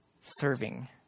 serving